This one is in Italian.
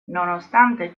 nonostante